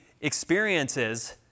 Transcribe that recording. experiences